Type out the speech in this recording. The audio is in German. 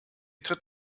tritt